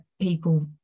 people